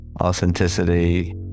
Authenticity